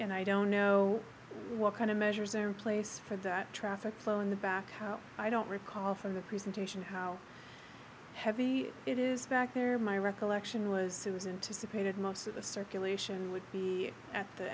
and i don't know what kind of measures are in place for that traffic flow in the back out i don't recall from the presentation how heavy it is back there my recollection was soon as into subpoenaed most of the circulation would be at the